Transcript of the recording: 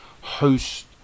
host